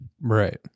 right